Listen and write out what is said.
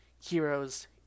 heroes